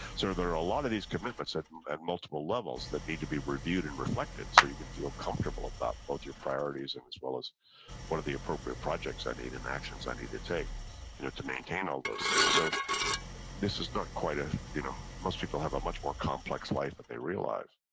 so there are a lot of these commitments at at multiple levels that need to be reviewed and reflected, so you can feel comfortable about both your priorities and as well one of the appropriate projects i need and actions i need to take you know to maintain all those things so this is not quite a, you know most people have a much more complex life than they realize.